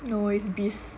no is business